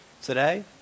Today